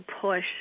push